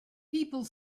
people